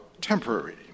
temporary